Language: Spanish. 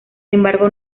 embargo